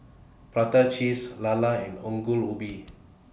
Prata Cheese Lala and Ongol Ubi